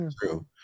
true